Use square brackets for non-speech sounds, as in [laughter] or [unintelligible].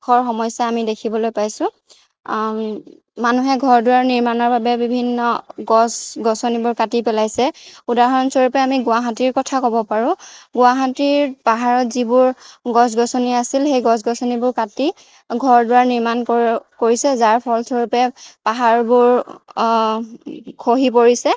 [unintelligible] সমস্যা আমি দেখিবলৈ পাইছোঁ মানুহে ঘৰ দুৱাৰ নিৰ্মাণৰ বাবে বিভিন্ন গছ গছনিবোৰ কাটি পেলাইছে উদাহৰণস্বৰূপে আমি গুৱাহাটীৰ কথা ক'ব পাৰোঁ গুৱাহাটীৰ পাহাৰত যিবোৰ গছ গছনি আছিল সেই গছ গছনিবোৰ কাটি ঘৰ দুৱাৰ নিৰ্মাণ কৰিছে যাৰ ফলস্বৰূপে পাহাৰবোৰ খহি পৰিছে